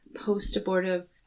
post-abortive